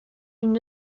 une